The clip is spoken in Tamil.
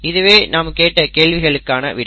இதுவே நாம் கேட்ட கேள்விக்கான விடை